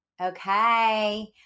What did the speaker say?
Okay